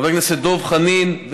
חבר הכנסת דב חנין,